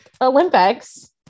Olympics